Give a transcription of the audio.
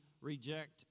reject